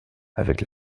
avec